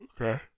Okay